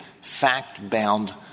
fact-bound